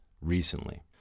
recently